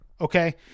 Okay